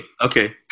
Okay